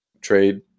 trade